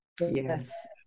Yes